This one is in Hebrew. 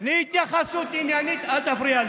אינה נוכחת חיים